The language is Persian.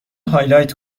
هایلایت